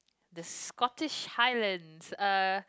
the Scottish highlands uh